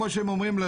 כמו שהם אומרים,